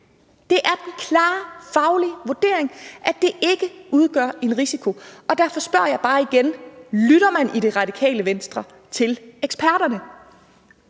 Det er den klare faglige vurdering, at det ikke udgør en risiko. Og derfor spørger jeg bare igen: Lytter man i Det Radikale Venstre til eksperterne?